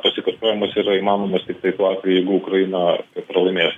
pasikartojimas yra įmanomas tiktai tuo atveju jeigu ukraina pralaimės